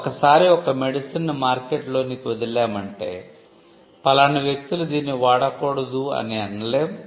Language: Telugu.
ఒక సారి ఒక మెడిసిన్ ను మార్కెట్ లోనికి వదిలామంటే ఫలానా వ్యక్తులు దీన్ని వాడకూడదు అని అనలేము